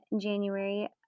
January